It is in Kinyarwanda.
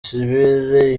sivile